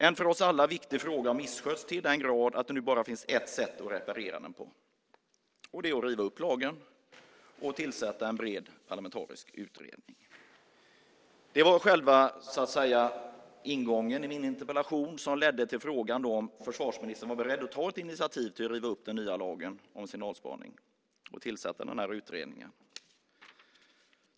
En för oss alla viktig fråga har misskötts till den grad att det nu bara finns ett sätt att reparera den på. Det är att riva upp lagen och tillsätta en bred parlamentarisk utredning. Det var själva ingången i min interpellation som ledde till frågan om försvarsministern är beredd att ta ett initiativ att riva upp den nya lagen om signalspaning och tillsätta utredning.